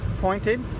pointed